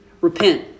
repent